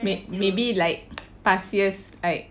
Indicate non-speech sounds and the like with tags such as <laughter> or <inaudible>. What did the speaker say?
may~ maybe like <noise> past years like